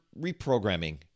reprogramming